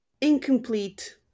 incomplete